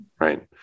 right